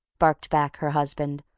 barked back her husband,